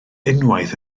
unwaith